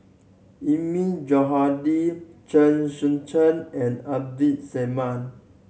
Eilmi Johandi Chen Sucheng and Abdul Samad